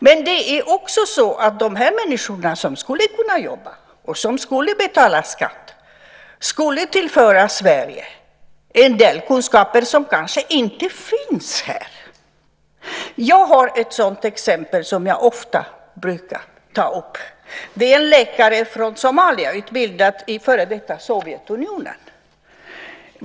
Men det är också så att de här människorna som skulle kunna jobba, och som då skulle betala skatt, skulle tillföra Sverige en del kunskaper som kanske inte finns här. Jag har ett sådant exempel som jag ofta brukar ta upp, en läkare från Somalia, utbildad i före detta Sovjetunionen.